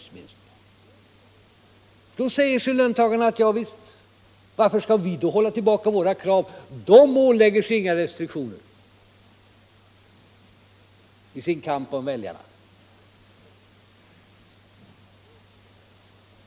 Då säger sig löntagarna: Varför skall vi hålla tillbaka våra krav — politikerna ålägger sig inga restriktioner i sin kamp om väljarna?